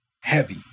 heavy